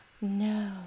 No